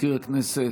מזכיר הכנסת,